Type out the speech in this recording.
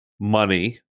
money